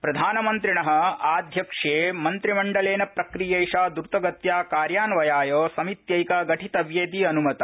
प्रधानमन्त्रिण आध्यक्ष्ये मन्त्रिमण्डलेन प्रक्रियैषा द्रतगत्या कार्यान्वयाय समित्यैका गठितव्येति अनुमता